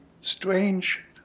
strange